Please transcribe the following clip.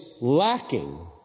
lacking